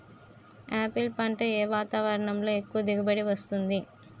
Apple పంట ఏ వాతావరణంలో ఎక్కువ దిగుబడి ఇస్తుంది?